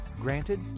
granted